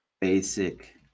basic